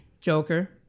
Joker